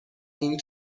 این